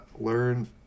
learn